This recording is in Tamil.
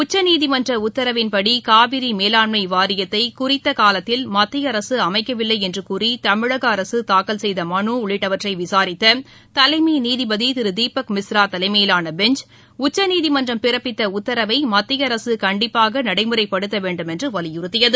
உச்சநீதிமன்ற உத்தரவின்படி காவிரி மேலாண்மை வாரியத்தை குறித்த காலத்தில் மத்திய அரசு அமைக்கவில்லை என்று கூறி தமிழக அரசு தாக்கல் செய்த மனு உள்ளிட்டவற்றை விசாரித்த தலைமை நீதிபதி திரு தீபக் மிஸ்ரா தலைமையிலான பெஞ்ச் உச்சநீதிமன்றம் பிறப்பித்த உத்தரவை மத்திய அரசு கண்டிப்பாக நடைமுறைப்படுத்த வேண்டும் என்று வலியுறுத்தியது